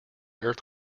earth